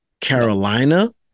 Carolina